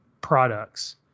products